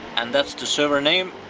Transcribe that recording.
and that's the server name,